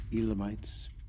Elamites